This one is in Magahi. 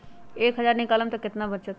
एक हज़ार निकालम त कितना वचत?